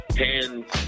hands